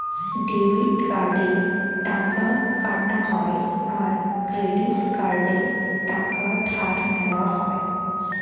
debit কার্ডে টাকা কাটা হয় আর ক্রেডিট কার্ডে টাকা ধার নেওয়া হয়